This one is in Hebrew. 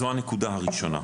זו הנקודה הראשונה.